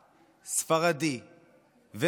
ספרדי ומסורתי,